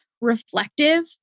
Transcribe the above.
reflective